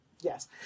Yes